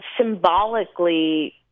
symbolically